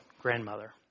grandmother